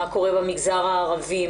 מה קורה במגזר הערבי?